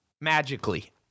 magically